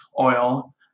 oil